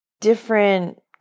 different